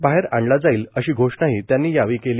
बाहेर आणला जाईल अशी घोषणाही त्यांनी यावेळी केली